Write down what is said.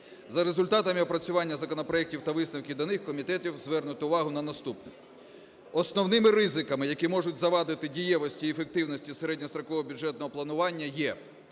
За результатами опрацювання законопроектів та висновків до них комітетом звернуто увагу на наступне. Основними ризиками, які можуть завадити дієвості і ефективності середньострокового бюджетного планування є: